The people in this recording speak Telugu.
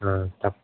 తప్పకుండా